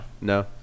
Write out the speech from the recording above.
No